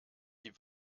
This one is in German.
die